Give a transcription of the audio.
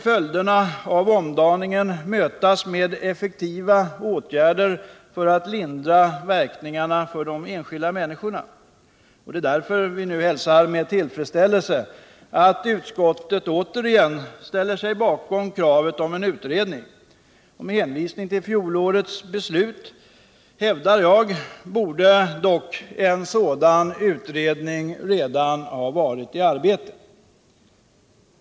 Följderna av omdaningen måste mötas med effektiva åtgärder för att lindra verkningarna för de enskilda människorna. Därför hälsar vi nu med tillfredsställelse att utskottet återigen ställer sig bakom kravet på en utredning. Jag hävdar emellertid, med hänvisning till fjolårets beslut, att en sådan utredning redan borde ha varit i arbete.